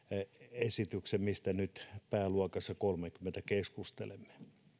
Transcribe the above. esityksen mistä nyt pääluokassa kolmekymmentä keskustelemme